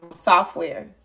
software